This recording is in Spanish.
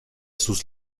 sus